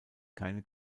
keine